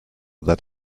that